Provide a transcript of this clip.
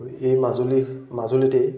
এই মাজুলী মাজুলীতেই